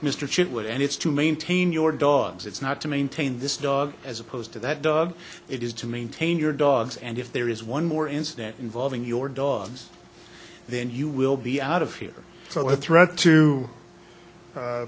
mr chip wood and it's to maintain your dogs it's not to maintain this dog as opposed to that dog it is to maintain your dogs and if there is one more incident involving your dogs then you will be out of here so a threat to